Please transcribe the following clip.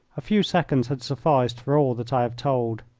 a few seconds had sufficed for all that i have told.